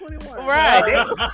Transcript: right